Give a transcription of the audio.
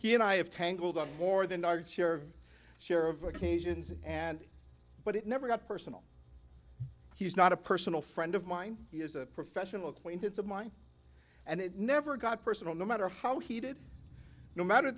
he and i have tangled up more than our share of share of occasions and but it never got personal he's not a personal friend of mine he is a professional acquaintance of mine and it never got personal no matter how heated no matter